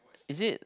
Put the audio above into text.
is it